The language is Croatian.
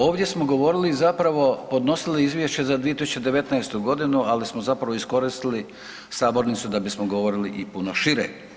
Ovdje smo govorili zapravo, podnosili izvješće za 2019. godinu, ali smo zapravo iskoristili sabornicu da bismo govorili i puno šire.